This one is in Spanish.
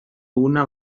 una